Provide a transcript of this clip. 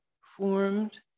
formed